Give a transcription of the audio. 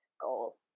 goal